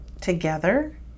together